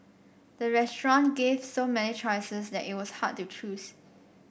the restaurant gave so many choices that it was hard to choose